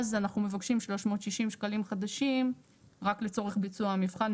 אז אנחנו מבקשים 360 שקלים חדשים רק לצורך ביצוע המבחן.